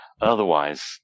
Otherwise